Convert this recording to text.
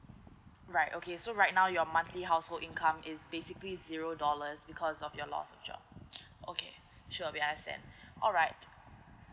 right okay so right now your monthly household income is basically zero dollars because of your lost job okay sure alright